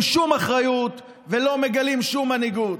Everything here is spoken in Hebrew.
שום אחריות ולא מגלים שום מנהיגות.